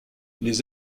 les